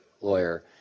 lawyer